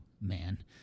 man